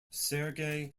sergei